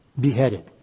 beheaded